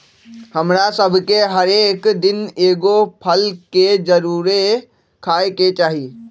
हमरा सभके हरेक दिन एगो फल के जरुरे खाय के चाही